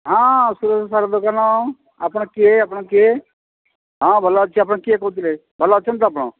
ହଁ ସୁରଜ ସାର ଦୋକାନ ଆପଣ କିଏ ଆପଣ କିଏ ହଁ ଭଲ ଅଛି ଆପଣ କିଏ କହୁଥିଲେ ଭଲ ଅଛନ୍ତି ତ ଆପଣ